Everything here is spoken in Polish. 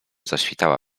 zaświtała